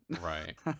Right